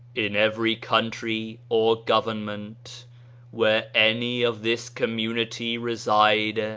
in every country or government where any of this community reside,